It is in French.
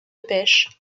pêche